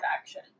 action